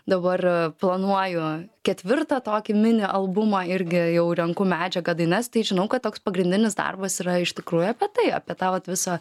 dabar planuoju ketvirtą tokį mini albumą irgi jau renku medžiagą dainas tai žinau kad toks pagrindinis darbas yra iš tikrųjų apie tai apie tą vat visą